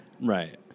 right